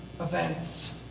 events